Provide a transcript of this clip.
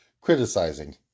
criticizing